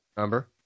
number